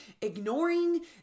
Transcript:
ignoring